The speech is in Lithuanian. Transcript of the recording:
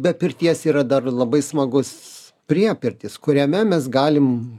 be pirties yra dar ir labai smagus priepirtis kuriame mes galim